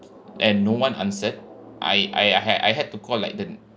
and no one answered I I had I had to call like the